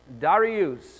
Darius